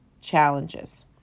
challenges